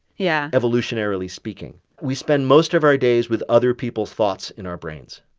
yeah. evolutionarily speaking. we spend most of our days with other people's thoughts in our brains.